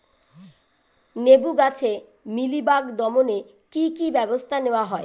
লেবু গাছে মিলিবাগ দমনে কী কী ব্যবস্থা নেওয়া হয়?